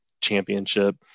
championship